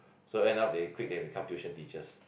so end up they quit and become tuition teachers